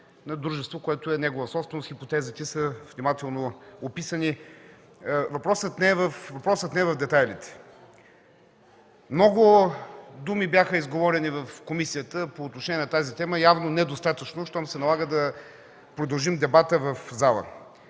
на дружество, което е негова собственост – хипотезите са внимателно описани. Въпросът не е в детайлите. Много думи бяха изговорени в комисията по отношение на тази тема, явно недостатъчно, щом се налага да продължим дебата в залата.